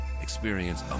Experience